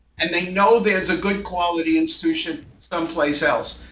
and they know there's a good quality institution someplace else.